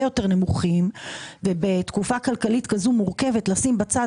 יותר נמוכים ובתקופה כלכלית כזו מורכבת לשים בצד